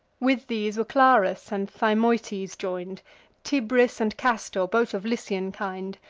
with these were clarus and thymoetes join'd tibris and castor, both of lycian kind.